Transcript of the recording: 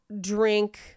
drink